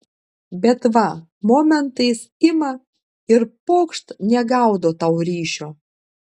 bet va momentais ima ir pokšt negaudo tau ryšio